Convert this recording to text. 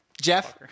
Jeff